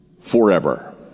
forever